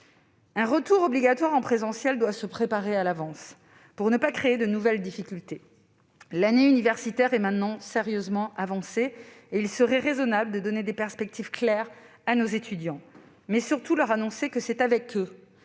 Un retour obligatoire en présentiel doit être organisé à l'avance, pour ne pas créer de nouvelles difficultés. L'année universitaire étant désormais sérieusement avancée, il serait raisonnable de donner des perspectives claires à nos étudiants. Il conviendrait surtout que vous leur annonciez que c'est avec eux